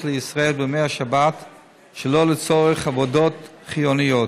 לישראל בימי השבת שלא לצורך עבודות חיוניות.